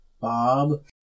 Bob